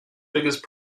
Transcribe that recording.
biggest